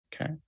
Okay